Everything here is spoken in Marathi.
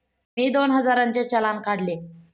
मी दोन हजारांचे चलान काढले